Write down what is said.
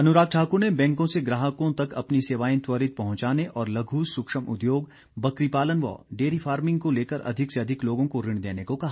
अनुराग ठाकुर ने बैंकों से ग्राहकों तक अपनी सेवाएं त्वरित पहुंचाने और लघु सूक्ष्म उद्योग बकरी पालन व डेरी फार्मिंग को लेकर अधिक से अधिक लोगों को ऋण देने को कहा